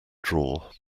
drawer